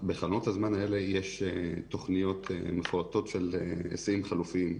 בחלונות הזמן האלה יש תכניות מפורטות של היסעים חלופיים,